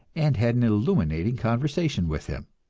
and had an illuminating conversation with him.